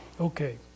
Okay